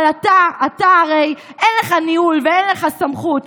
אבל אתה, אתה, הרי, אין לך ניהול ואין לך סמכות.